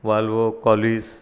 Volvo कॉलीस